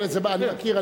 אני מכיר.